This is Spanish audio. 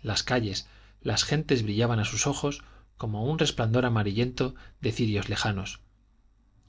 las calles las gentes brillaban a sus ojos como un resplandor amarillento de cirios lejanos